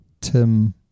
Tim